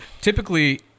typically